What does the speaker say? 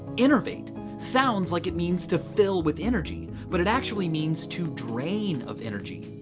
enervate sounds like it means to fill with energy but it actually means to drain of energy,